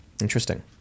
Interesting